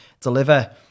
deliver